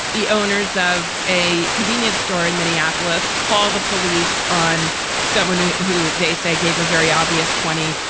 the owners of a convenience store in minneapolis call the police on someone ah who they say gave a very obvious twenty,